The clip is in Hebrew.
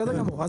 בסדר גמור.